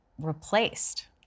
replaced